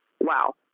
wow